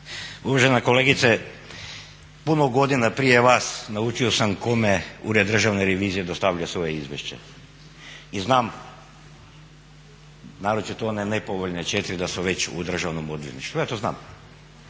Uvažena kolegice, puno godina prije vas naučio sam kome Ured državne revizije dostavlja svoje izvješće i znam naročito one nepovoljne četiri da su već u državnom odvjetništvu, ja to znam.